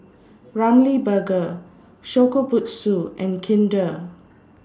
Ramly Burger Shokubutsu and Kinder